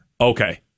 okay